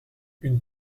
une